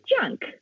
junk